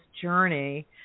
journey